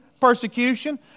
persecution